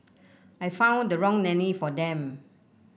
I found the wrong nanny for them